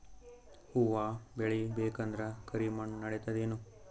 ಹುವ ಬೇಳಿ ಬೇಕಂದ್ರ ಕರಿಮಣ್ ನಡಿತದೇನು?